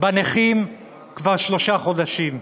בנכים כבר שלושה חודשים,